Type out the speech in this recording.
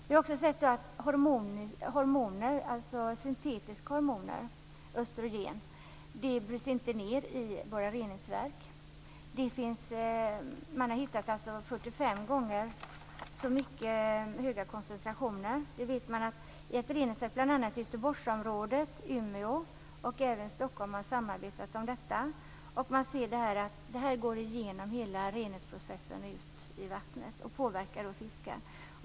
Vi har också sett att syntetiska hormoner, östrogen, inte bryts ned i våra reningsverk. Man har hittat 45 gånger så höga koncentrationer som normalt i ett reningsverk. Bl.a. Göteborgsområdet, Umeå och även Stockholm har samarbetat om detta. Man ser att det här går genom hela reningsprocessen och ut i vattnet och påverkar fisken.